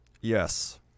Yes